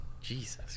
Jesus